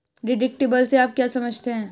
Deductible से आप क्या समझते हैं?